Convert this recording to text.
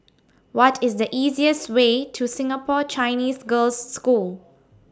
What IS The easiest Way to Singapore Chinese Girls' School